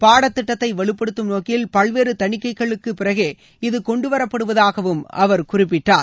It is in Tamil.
பாடத்திட்டத்தை வலுப்படுத்தும் நோக்கில் பல்வேறு தணிக்கைகளுக்குப் பிறகே இது கொண்டுவரப்படுவதாகவும் அவர் குறிப்பிட்டார்